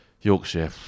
Yorkshire